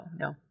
no